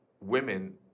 women